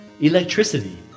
electricity